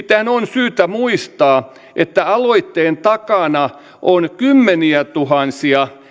on syytä muistaa että aloitteen takana on kymmeniätuhansia